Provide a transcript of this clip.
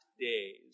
days